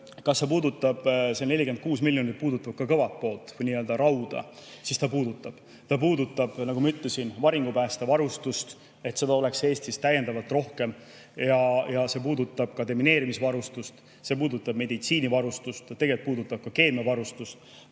kas see 46 miljonit puudutab ka kõva poolt või nii-öelda rauda? Jah puudutab. Ta puudutab, nagu ma ütlesin, varingupäästevarustust, et seda oleks Eestis täiendavalt rohkem, ja see puudutab ka demineerimisvarustust, see puudutab meditsiinivarustust. Tegelikult puudutab see ka keemiavarustust,